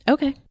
Okay